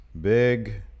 Big